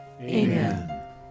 Amen